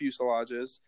fuselages